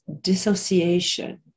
dissociation